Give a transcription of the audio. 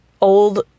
old